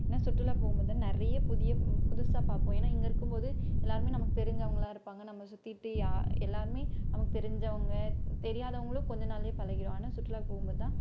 ஏன்னால் சுற்றுலா போகும்போது நிறைய புதிய புதுசாக பார்ப்போம் ஏன்னால் இங்கிருக்கும்போது எல்லாேருமே நமக்கு தெரிஞ்சவங்களா இருப்பாங்க நம்ம சுற்றிட்டு எல்லாேருமே நமக்கு தெரிஞ்சவங்க தெரியாதவங்களும் கொஞ்ச நாளிலே பழகிவிடும் ஆனால் சுற்றுலாவுக்கு போகும்போது தான்